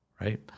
right